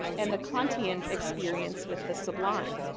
and the kantian experience with the sublime.